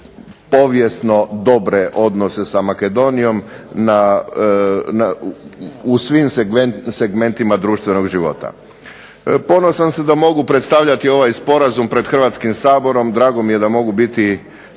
povijesno dobre odnose sa Makedonijom, u svim segmentima društvenog života. Ponosan sam da mogu predstavljati ovaj sporazum pred Hrvatskim saborom, drago mi je da mogu biti